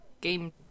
game